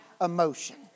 emotion